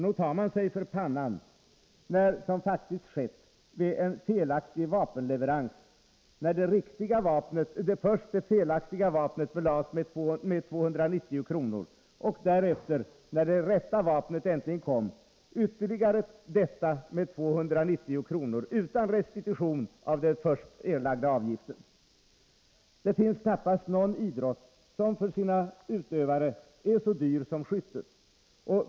Nog tar man sig för pannan när, som faktiskt skett, en felaktig vapenleverans belades med 290 kr. i avgift och därefter det rätta vapnet när det äntligen kom också belades med 290 kr. i avgift — utan restitution av den först erlagda avgiften. Det finns knappast någon idrott som för sina utövare är så dyr som skyttet.